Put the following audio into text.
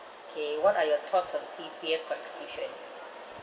K what are your thoughts on C_P_F contribution